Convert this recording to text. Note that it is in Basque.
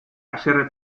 haserre